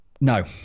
No